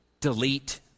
delete